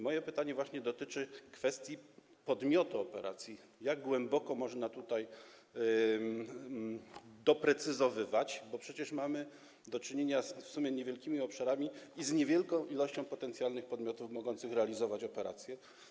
Moje pytanie dotyczy właśnie kwestii podmiotu operacji, jak głęboko można tutaj doprecyzowywać, bo przecież mamy do czynienia w sumie z niewielkimi obszarami i z niewielką ilością potencjalnych podmiotów mogących realizować operację.